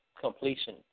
completion